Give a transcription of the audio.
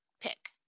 pick